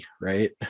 Right